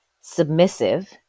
submissive